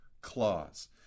clause